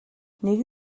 нэг